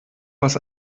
was